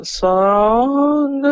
song